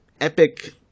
epic